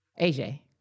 AJ